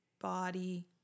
body